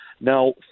Now